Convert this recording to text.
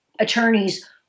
attorneys